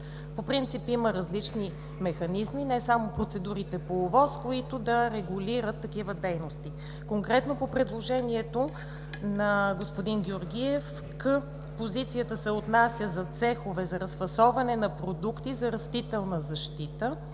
По принцип има различни механизми, не само процедурите по ОВОС, които да регулират такива дейности. Конкретно по предложението на господин Георгиев – „к“ позицията се отнася за цехове за разфасоване на продукти за растителна защита,